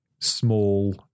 small